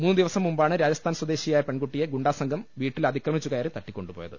മൂന്ന് ദിവസം മുമ്പാണ് രാജസ്ഥാൻ സ്വദേശിയായ പെൺകുട്ടിയെ ഗുണ്ടാസംഘം വീട്ടിൽ അതിക്രമിച്ചു കയറി തട്ടി ക്കൊണ്ടു പോയത്